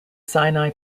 sinai